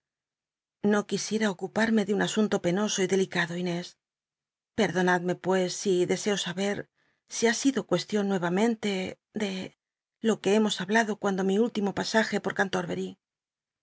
no quisiera ocu parme ele un asun to penoso y delicado inés penlonadme pues si deseo saber si ha sido nuevamente de lo c nc h tblamos cuando mi último pasaje por cantorbery